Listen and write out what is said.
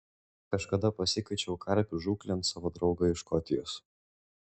kažkada pasikviečiau karpių žūklėn savo draugą iš škotijos